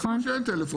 יש מקומות שאין טלפון,